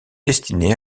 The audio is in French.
destiné